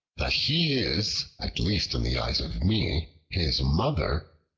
that he is at least in the eyes of me his mother,